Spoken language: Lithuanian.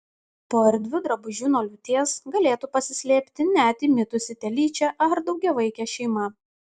po erdviu drabužiu nuo liūties galėtų pasislėpti net įmitusi telyčia ar daugiavaikė šeima